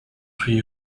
huit